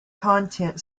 content